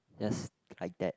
just like that